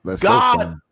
God